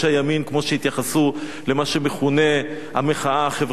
כמו שהתייחסו למה שמכונה המחאה החברתית,